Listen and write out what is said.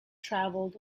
travelled